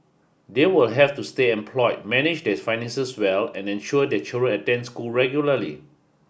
they will have to stay employed manage their finances well and ensure their children attend school regularly